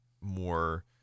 more